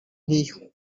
nk’iyo